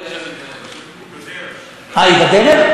היא בדרך?